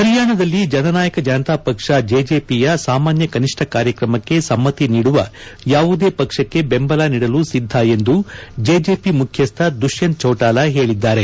ಹರಿಯಾಣದಲ್ಲಿ ಜನನಾಯಕ ಜನತಾ ಪಕ್ಷ ಜೆಜೆಪಿ ಯ ಸಾಮಾನ್ಯ ಕನಿಷ್ಟ ಕಾರ್ಯಕ್ರಮಕ್ಕೆ ಸಮ್ತಿ ನೀಡುವ ಯಾವುದೇ ಪಕ್ಷಕ್ಷೆ ಬೆಂಬಲ ನೀಡಲು ಸಿದ್ದ ಎಂದು ಜೆಜೆಪಿ ಮುಖ್ವಸ್ವ ದುಷ್ಕಂತ್ ಚೌಟಾಲಾ ಹೇಳಿದ್ದಾರೆ